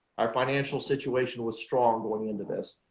our financial situation was strong going into this,